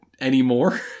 anymore